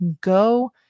Go